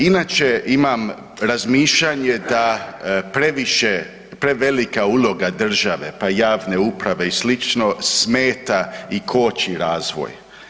Inače imam razmišljanje da previše, prevelika uloga države pa i javne uprave i slično smeta i koči razvoj.